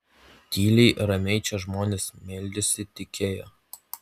tyliai ramiai čia žmonės meldėsi tikėjo